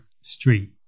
Street